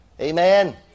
Amen